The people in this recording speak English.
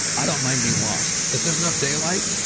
i don't mind being lost. if there's enough daylight,